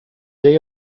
day